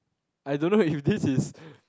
I don't know if this is